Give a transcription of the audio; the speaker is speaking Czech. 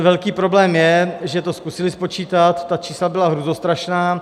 Velký problém je, že to zkusili spočítat, ta čísla byla hrůzostrašná.